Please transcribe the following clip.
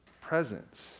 presence